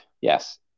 Yes